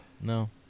No